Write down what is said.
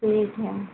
ठीक है